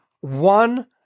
One